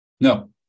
No